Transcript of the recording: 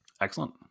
Excellent